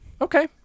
okay